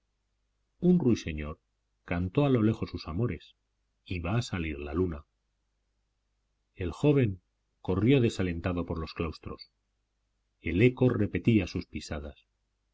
un ruiseñor cantó a lo lejos sus amores iba a salir la luna el joven corrió desalentado por los claustros el eco repetía sus pisadas